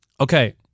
Okay